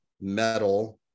metal